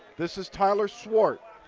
this is tyler swart.